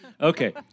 Okay